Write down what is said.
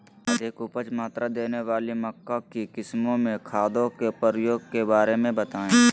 अधिक उपज मात्रा देने वाली मक्का की किस्मों में खादों के प्रयोग के बारे में बताएं?